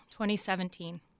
2017